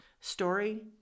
story